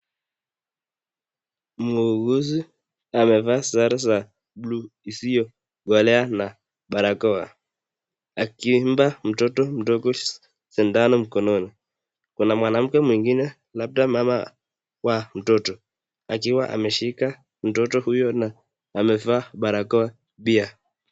Muuguzi amevaa sare za buluu isiyokolea na barakoa, akimpa mtoto mdogo sindano mkononi, kuna mwanamke mwingine labda mama wa mtoto akiwa ameshika mtoto huyo na amevaa barakoa pia.